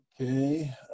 Okay